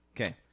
Okay